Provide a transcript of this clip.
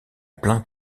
plainte